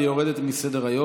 והיא יורדת מסדר-היום.